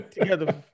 together